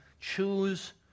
choose